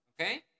Okay